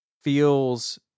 feels